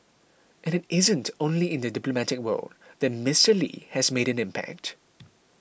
and it isn't only in the diplomatic world that Mister Lee has made an impact